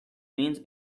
means